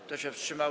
Kto się wstrzymał?